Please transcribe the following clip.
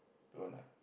don't want ah